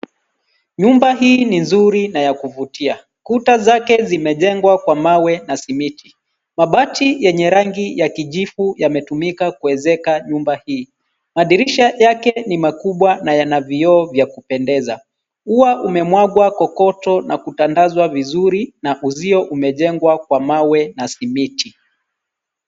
Nyumba hii ni nzuri na ya kuvutia, kuta zake zimejengwa kwa mawe na simiti. Mabati yenye rangi ya kijivu yametumika kuezeka nyumba hii. Madirisha yake ni makubwa na yana vioo vya kupendeza. Ua umemwagwa kokoto na kutandazwa vizuri na uzio umejengwa kwa mawe na simiti.